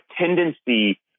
tendency